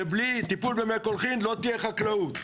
ובלי טיפול במי קולחין לא תהיה חקלאות.